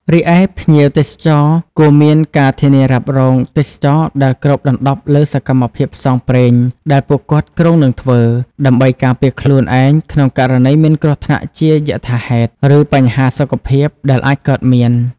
រីឯ ភ្ញៀវទេសចរគួរមានការធានារ៉ាប់រងទេសចរណ៍ដែលគ្របដណ្ដប់លើសកម្មភាពផ្សងព្រេងដែលពួកគាត់គ្រោងនឹងធ្វើ ដើម្បីការពារខ្លួនឯងក្នុងករណីមានគ្រោះថ្នាក់ជាយថាហេតុ ឬបញ្ហាសុខភាពដែលអាចកើតមាន។